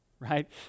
Right